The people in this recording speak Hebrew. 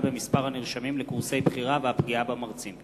במספר הנרשמים לקורסי בחירה והפגיעה במרצים,